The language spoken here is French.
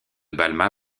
balma